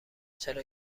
چرا